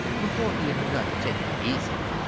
before he had begun to take it easy,